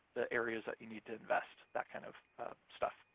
the areas that you need to invest, that kind of stuff.